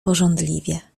pożądliwie